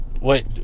Wait